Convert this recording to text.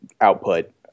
output